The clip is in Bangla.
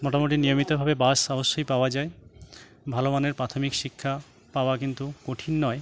মোটামোটি নিয়মিতভাবে বাস অবশ্যই পাওয়া যায় ভালো মানের পাথমিক শিক্ষা পাওয়া কিন্তু কঠিন নয়